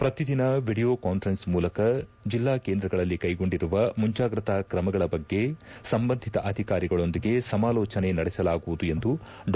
ಪ್ರತಿದಿನ video conference ಮೂಲಕ ಜಿಲ್ಲಾ ಕೇಂದ್ರಗಳಲ್ಲಿ ಕೈಗೊಂಡಿರುವ ಮುಂಜಾಗ್ರತಾ ಕ್ರಮಗಳ ಬಗ್ಗೆ ಸಂಬಂಧಿತ ಅಧಿಕಾರಿಗಳೊಂದಿಗೆ ಸಮಾಲೋಚನೆ ನಡೆಸಲಾಗುವುದು ಎಂದು ಡಾ